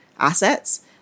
assets